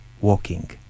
walking